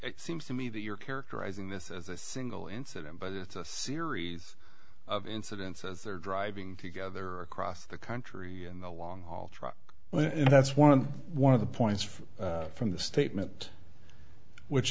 it seems to me that you're characterizing this as a single incident but it's a series of incidents as they're driving together across the country in the long haul truck and that's one of the one of the points from the statement which